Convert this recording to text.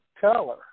color